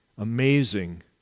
Amazing